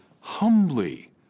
humbly